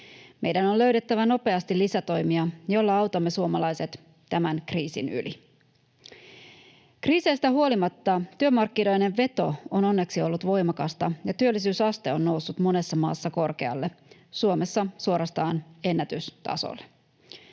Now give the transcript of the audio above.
Meidän on löydettävä nopeasti lisätoimia, joilla autamme suomalaiset tämän kriisin yli. Kriiseistä huolimatta työmarkkinoiden veto on onneksi ollut voimakasta ja työllisyysaste on noussut monessa maassa korkealle, Suomessa suorastaan ennätystasolle.